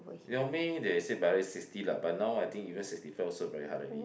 normally they say by right sixty lah but now I think even sixty five I think very hard already